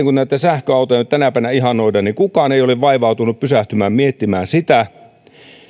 kun näitä sähköautoja nyt tänä päivänä ihannoidaan niin kukaan ei ole vaivautunut pysähtymään miettimään sitä